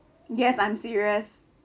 yes I'm serious